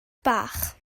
bach